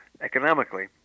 economically